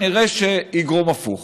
נראה שיגרום הפוך.